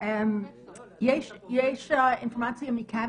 עמיתיי חברי הכנסת,